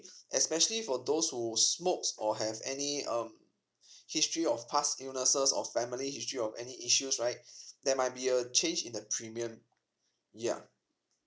especially for those who smokes or have any um history of past illnesses or family history of any issues right there might be a change in the premium ya